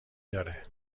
داره